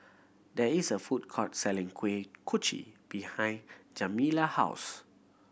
there is a food court selling Kuih Kochi behind Kamilah house